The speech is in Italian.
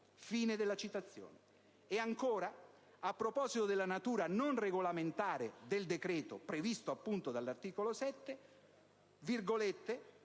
e ancora, a proposito della natura non regolamentare del decreto previsto dall'articolo 7: